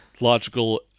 logical